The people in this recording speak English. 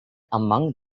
among